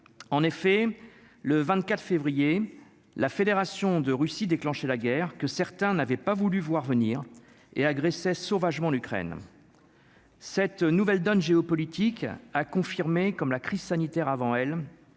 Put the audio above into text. en effet le 24 février la Fédération de Russie, déclenché la guerre que certains n'avaient pas voulu voir venir et agressaient sauvagement d'Ukraine. Cette nouvelle donne géopolitique a confirmé, comme la crise sanitaire avant elle,